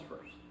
first